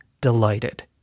delighted